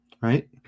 Right